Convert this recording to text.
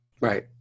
Right